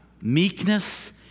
meekness